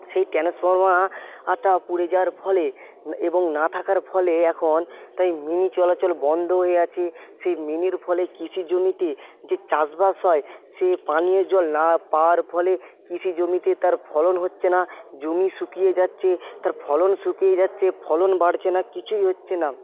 সেই ট্রান্সফরমারটা পুড়ে যাওয়ার ফলে এবং না থাকার ফলে এখন তাই মিনি চলাচল বন্ধ হয়ে আছে সেই মিনির ফলে কৃষি জমিতে যে চাষবাস হয় সেই পানীয় জল না পাওয়ার ফলে কৃষি জমিতে তার ফলন হচ্ছে না জমি শুকিয়ে যাচ্ছে তার ফলন শুকিয়ে যাচ্ছে ফলন বাড়ছে না কিছুই হচ্ছে না